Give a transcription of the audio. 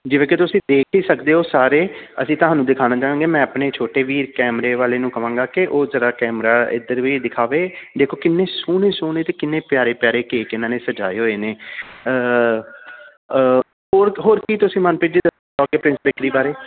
ਜਿਵੇਂ ਕਿ ਤੁਸੀਂ ਦੇਖ ਹੀ ਸਕਦੇ ਹੋ ਸਾਰੇ ਅਸੀਂ ਤੁਹਾਨੂੰ ਦਿਖਾਉਣਾ ਚਾਹਵਾਂਗੇ ਮੈਂ ਆਪਣੇ ਛੋਟੇ ਵੀਰ ਕੈਮਰੇ ਵਾਲੇ ਨੂੰ ਕਹਾਂਗਾ ਕਿ ਉਹ ਜ਼ਰਾ ਕੈਮਰਾ ਇੱਧਰ ਵੀ ਦਿਖਾਵੇ ਦੇਖੋ ਕਿੰਨੇ ਸੋਹਣੇ ਸੋਹਣੇ ਅਤੇ ਕਿੰਨੇ ਪਿਆਰੇ ਪਿਆਰੇ ਕੇਕ ਇਨ੍ਹਾਂ ਨੇ ਸਜਾਏ ਹੋਏ ਨੇ ਹੋਰ ਹੋਰ ਕੀ ਤੁਸੀਂ ਮਨਪ੍ਰੀਤ ਜੀ ਪ੍ਰਿੰਸ ਬੇਕਰੀ ਬਾਰੇ